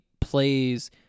plays